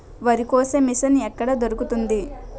వరి కోసే మిషన్ ఎక్కడ దొరుకుతుంది?